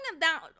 down